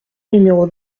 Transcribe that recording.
numéro